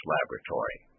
Laboratory